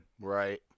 Right